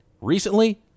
recently